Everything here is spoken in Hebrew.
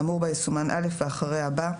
האמור בה יסומן "(א)" ואחריה בא: